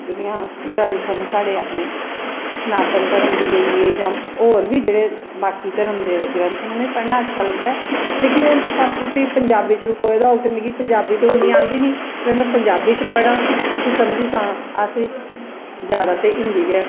जियां ग्रंथ न साढ़े अपनें सनातन धर्म गी लेइयै जां होर बी जेह्ड़े बाकी धर्म दे ग्रंथ न उनोेंगी पढ़नां अच्छा लगदा ऐ लेकिन तुस आक्खो कि पंजाबी च लखोए दा होग ते मिगी पंजाबी इन्नी आंदी नी में पंजाबी च पढ़ां उसी समझी पां अस जादा ते हिन्दी गै